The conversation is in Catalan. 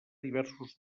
diversos